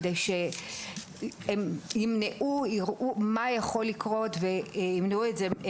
כדי שהם יראו מה יכול לקרות וימנעו את זה מראש.